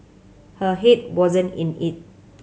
her head wasn't in it